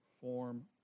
form